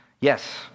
Yes